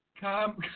Come